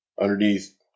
underneath